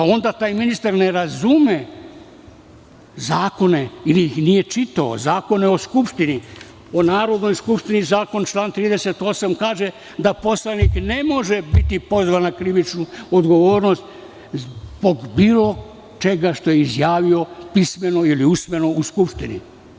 Onda taj ministar ne razume zakone ili ih nije čitao, zakone o Skupštini, Zakon o Narodnoj skupštini, član 38. kaže da poslanik ne može biti pozvan na krivičnu odgovornost zbog bilo čega što je izjavio pismeno ili usmeno u Skupštini.